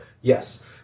Yes